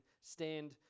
stand